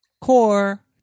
Core